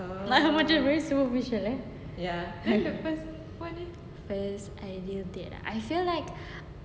macam very superficial ya first ideal date ah I feel like